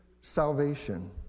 Salvation